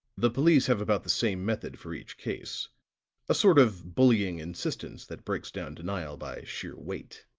the police have about the same method for each case a sort of bullying insistence that breaks down denial by sheer weight.